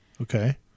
Okay